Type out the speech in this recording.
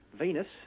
Venus